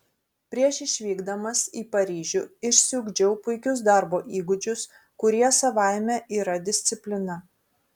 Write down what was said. prieš išvykdamas į paryžių išsiugdžiau puikius darbo įgūdžius kurie savaime yra disciplina